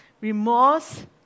Remorse